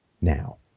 now